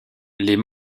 les